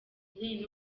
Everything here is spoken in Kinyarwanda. njyenyine